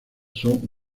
son